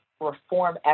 reform